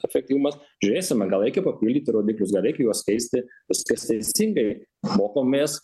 efektyvumas žiūrėsime gal reikia papildyti rodiklius gal reikia juos keisti viskas teisingai mokomės